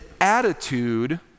attitude